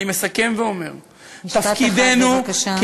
אני מסכם ואומר, משפט אחד בבקשה.